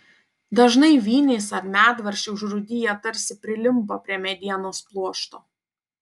dažnai vinys ar medvaržčiai užrūdiję tarsi prilimpa prie medienos pluošto